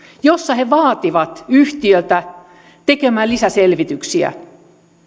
jossa he vaativat yhtiötä tekemään lisäselvityksiä